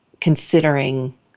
considering